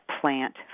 plant